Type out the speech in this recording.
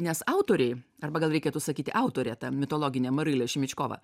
nes autoriai arba gal reikėtų sakyti autorė ta mitologinė mariulė šimičkova